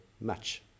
match